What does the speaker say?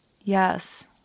Yes